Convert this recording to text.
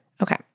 Okay